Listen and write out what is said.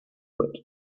foot